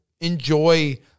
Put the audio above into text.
enjoy